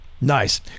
Nice